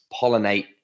pollinate